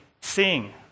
sing